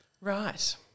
right